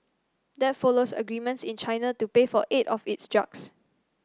that follows agreements in China to pay for eight of its drugs